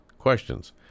Questions